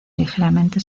ligeramente